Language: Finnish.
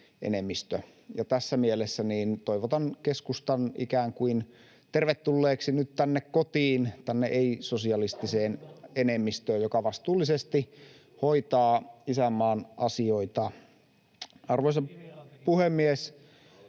tässä mielessä toivotan keskustan ikään kuin tervetulleeksi nyt tänne kotiin, tänne ei-sosialistiseen enemmistöön, joka vastuullisesti hoitaa isänmaan asioita. Arvoisa puhemies!